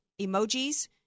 emojis